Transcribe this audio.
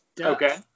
Okay